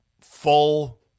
full